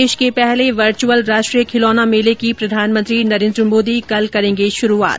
देश के पहले वर्चअल राष्ट्रीय खिलौना मेले की प्रधानमंत्री नरेन्द्र मोदी कल करेंगे शुरूआत